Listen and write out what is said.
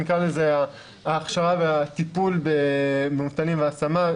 נקרא לזה ההכשרה והטיפול במובטלים והשמה,